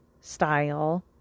style